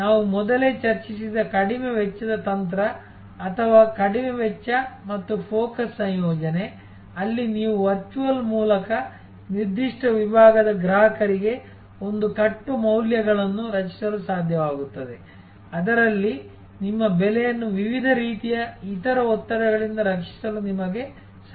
ನಾವು ಮೊದಲೇ ಚರ್ಚಿಸಿದ ಕಡಿಮೆ ವೆಚ್ಚದ ತಂತ್ರ ಅಥವಾ ಕಡಿಮೆ ವೆಚ್ಚ ಮತ್ತು ಫೋಕಸ್ ಸಂಯೋಜನೆ ಅಲ್ಲಿ ನೀವು ವರ್ಚುವಲ್ ಮೂಲಕ ನಿರ್ದಿಷ್ಟ ವಿಭಾಗದ ಗ್ರಾಹಕರಿಗೆ ಒಂದು ಕಟ್ಟು ಮೌಲ್ಯಗಳನ್ನು ರಚಿಸಲು ಸಾಧ್ಯವಾಗುತ್ತದೆ ಅದರಲ್ಲಿ ನಿಮ್ಮ ಬೆಲೆಯನ್ನು ವಿವಿಧ ರೀತಿಯ ಇತರ ಒತ್ತಡಗಳಿಂದ ರಕ್ಷಿಸಲು ನಿಮಗೆ ಸಾಧ್ಯವಾಗುತ್ತದೆ